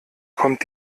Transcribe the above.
kommt